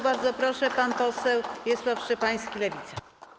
Bardzo proszę, pan poseł Wiesław Szczepański, Lewica.